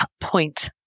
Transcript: point